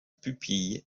pupille